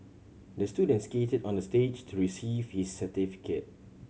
the student skated on the stage to receive his certificate